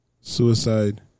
Suicide